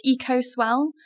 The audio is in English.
EcoSwell